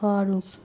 فروف